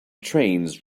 trains